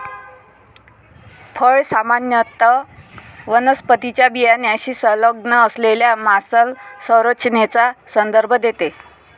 फळ सामान्यत वनस्पतीच्या बियाण्याशी संलग्न असलेल्या मांसल संरचनेचा संदर्भ देते